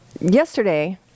Yesterday